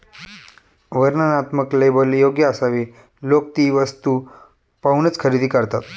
वर्णनात्मक लेबल योग्य असावे लोक ती वस्तू पाहूनच खरेदी करतात